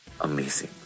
amazing